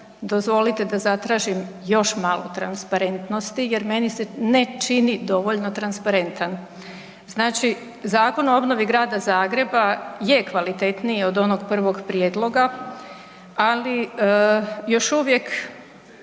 dozvolite da zatražim još malo transparentnosti jer meni se ne čini dovoljno transparentan. Znači Zakon o obnovi Grada Zagreba je kvalitetniji od onog prvog prijedloga, ali još uvijek